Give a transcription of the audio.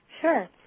Sure